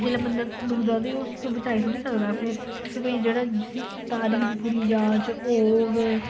जिसले बंदा डुब्बा दा होऐ कोई उसी बचाई थोह्ड़ी ना सकदा फिर ओह् जेहड़ा जिसी तारी दी पूरी जाॅच होग